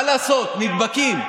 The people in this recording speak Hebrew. מה לעשות, נדבקים.